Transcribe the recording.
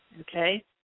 okay